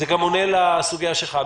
זה גם עונה לסוגיה שלך.